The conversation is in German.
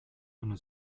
eine